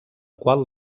qual